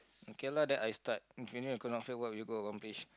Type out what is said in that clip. okay lah then I start if you knew you could not fail what will you go accomplish